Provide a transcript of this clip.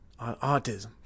autism